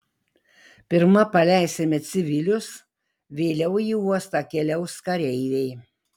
pirma paleisime civilius vėliau į uostą keliaus kareiviai